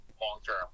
long-term